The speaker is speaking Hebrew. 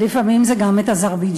ולפעמים זה גם את אזרבייג'ן.